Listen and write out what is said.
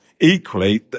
equally